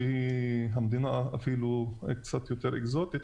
שהיא מדינה קצת יותר אקזוטית,